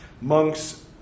Monks